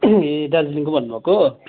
ए दार्जिलिङको भन्नु भएको